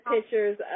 pictures